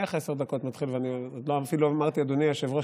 איך עשר הדקות מתחילות ואפילו עוד לא אמרתי "אדוני היושב-ראש,